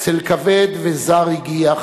צל כבד וזר הגיח,